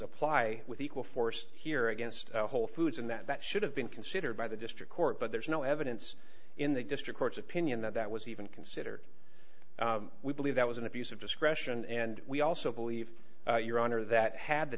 apply with equal force here against whole foods and that should have been considered by the district court but there is no evidence in the district court's opinion that that was even considered we believe that was an abuse of discretion and we also believe your honor that had the